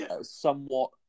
somewhat